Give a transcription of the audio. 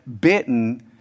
bitten